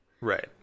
Right